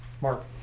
Mark